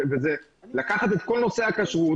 וזה לקחת את כל נושא הכשרות,